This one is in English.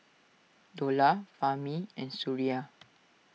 Dollah Fahmi and Suria